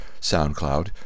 SoundCloud